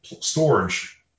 storage